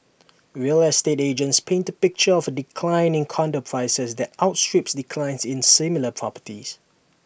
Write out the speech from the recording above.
real estate agents paint A picture of A decline in condo prices that outstrips declines in similar properties